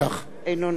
סילבן שלום,